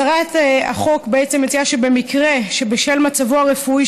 הצעת החוק מציעה שבמקרה שבשל מצבו הרפואי